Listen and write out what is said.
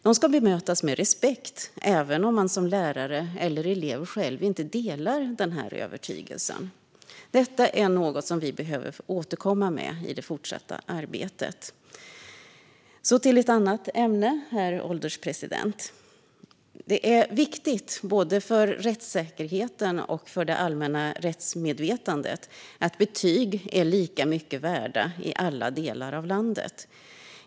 De ska bemötas med respekt, även om man som lärare eller elev inte själv delar denna övertygelse. Detta är något som vi behöver återkomma till i det fortsatta arbetet. Herr ålderspresident! Jag går vidare till ett annat ämne. Det är viktigt, både för rättssäkerheten och för det allmänna rättsmedvetandet, att betyg är lika mycket värda i alla delar av landet.